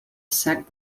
sac